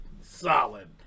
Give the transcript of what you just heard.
solid